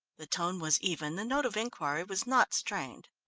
the tone was even, the note of inquiry was not strained.